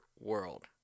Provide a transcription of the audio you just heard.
world